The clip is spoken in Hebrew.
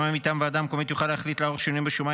שמאי מטעם הוועדה המקומית יוכל להחליט לערוך שינויים בשומה,